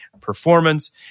performance